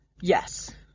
Yes